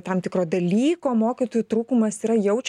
tam tikro dalyko mokytojų